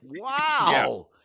Wow